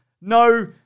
No